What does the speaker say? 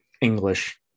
English